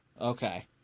okay